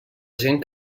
gent